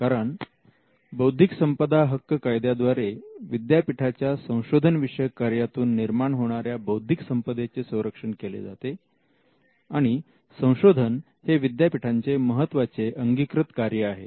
कारण बौद्धिक संपदा हक्क कायद्याद्वारे विद्यापीठाच्या संशोधन विषयक कार्यातून निर्माण होणाऱ्या बौध्दिक संपदेचे संरक्षण केले जाते आणि संशोधन हे विद्यापीठांचे महत्वाचे अंगीकृत कार्य आहे